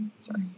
Sorry